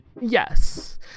yes